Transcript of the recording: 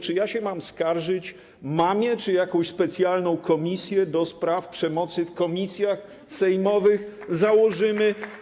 Czy ja się mam skarżyć mamie, czy jakąś specjalną komisję do spraw przemocy w komisjach sejmowych założymy?